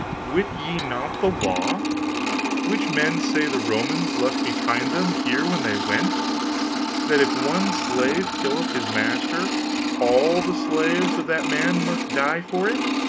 wit ye not the law which men say the romans left behind them here when they went that if one slave killeth his master all the slaves of that man must die for it.